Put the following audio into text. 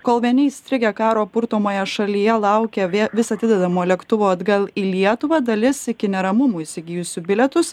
kol vieni įstrigę karo purtomoje šalyje laukia vė vis atidedamo lėktuvo atgal į lietuvą dalis iki neramumų įsigijusių bilietus